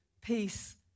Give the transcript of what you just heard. Peace